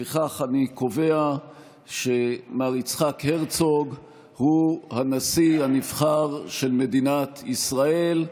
לפיכך אני קובע שמר יצחק הרצוג הוא הנשיא הנבחר של מדינת ישראל.